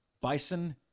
Bison